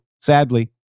sadly